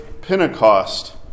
Pentecost